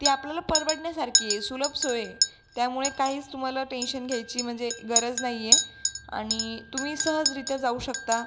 ते आपल्याला परवडण्यासारखी आहे सुलभ सोय त्यामुळे काहीच तुम्हाला टेन्शन घ्यायची म्हणजे गरज नाहीये आणि तुम्ही सहजरित्या जाऊ शकता